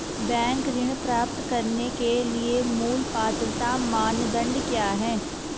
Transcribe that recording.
Bank ऋण प्राप्त करने के लिए मूल पात्रता मानदंड क्या हैं?